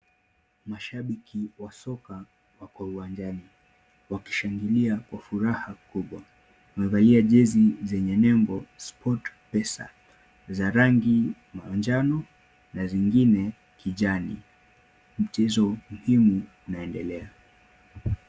Mashabiki wa soka wako uwanjani wakishangilia kwa furaha kubwa. Wamevalia jezi zenye nembo, Sportpesa za rangi ya manjano na zingine kijani. Mchezo muhimu unaendelea.